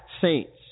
saints